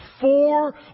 four